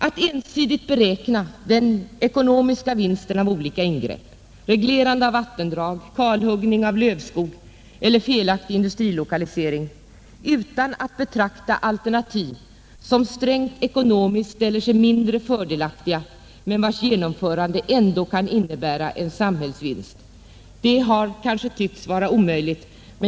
Att ensidigt beräkna den ekonomiska vinsten av olika ingrepp, reglerande av vattendrag, kalhuggning av lövskog eller felaktig industrilokalisering utan att betrakta alternativ som strängt ekonomiskt ställer sig mindre fördelaktiga men vilkas genomförande ändå kan innebära en samhällsvinst, det har kanske tyckts vara omöjligt.